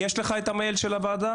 יש לך את המייל של הוועדה?